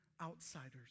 outsiders